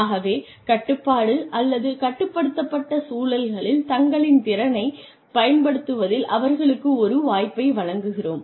ஆகவே கட்டுப்பாடு அல்லது கட்டுப்படுத்தப்பட்ட சூழல்களில் தங்களின் திறனைப் பயன்படுத்துவதில் அவர்களுக்கு ஒரு வாய்ப்பை வழங்குகிறோம்